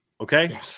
Okay